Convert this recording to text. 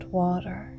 water